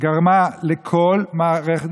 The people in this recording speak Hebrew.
גרמה לכל המערכת,